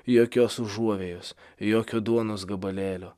jokios užuovėjos jokio duonos gabalėlio